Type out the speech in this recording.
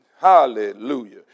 Hallelujah